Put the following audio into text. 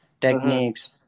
techniques